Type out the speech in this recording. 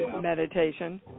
meditation